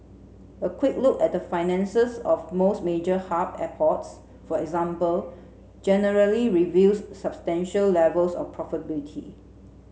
a quick look at the finances of most major hub airports for example generally reveals substantial levels of profitability